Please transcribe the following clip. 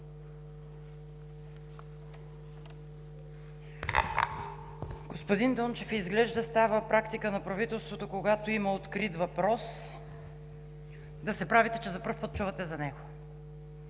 Господин Дончев, изглежда става практика на правителството, когато има открит въпрос, да се правите, че за пръв път чувате за него.